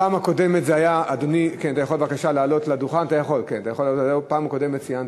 תמיד הוא מציל את המצב.